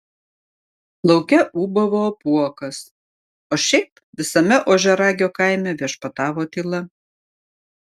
lauke ūbavo apuokas o šiaip visame ožiaragio kaime viešpatavo tyla